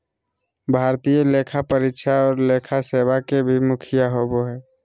भारतीय लेखा परीक्षा और लेखा सेवा के भी मुखिया होबो हइ